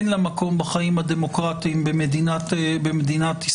אין לה מקום בחיים הדמוקרטיים במדינת ישראל,